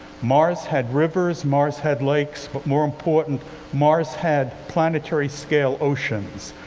mars had rivers, mars had lakes, but more important mars had planetary-scale oceans.